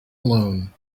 alone